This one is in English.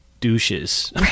douches